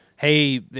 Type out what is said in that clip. Hey